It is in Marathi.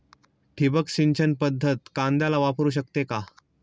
ठिबक सिंचन पद्धत कांद्याला वापरू शकते का?